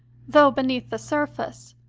though beneath the surface,